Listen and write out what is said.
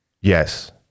Yes